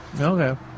Okay